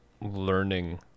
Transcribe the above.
learning